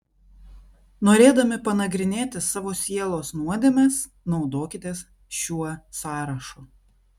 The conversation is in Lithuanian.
norėdami panagrinėti savo sielos nuodėmes naudokitės šiuo sąrašu